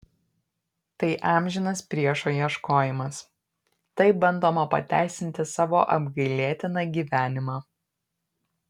tai amžinas priešo ieškojimas taip bandoma pateisinti savo apgailėtiną gyvenimą